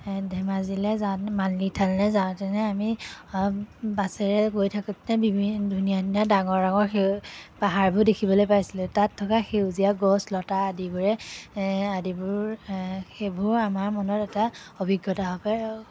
এ ধেমাজিলৈ যাওঁতে মালনী থানলৈ যাওঁতেনে আমি বাছেৰে গৈ থাকোঁতে বিভিন্ন ধুনীয়া ধুনীয়া ডাঙৰ ডাঙৰ সেউ পাহাৰবোৰ দেখিবলৈ পাইছিলোঁ তাত থকা সেউজীয়া গছ লতা আদিবোৰে এ আদিবোৰ এ সেইবোৰ আমাৰ মনত এটা অভিজ্ঞতা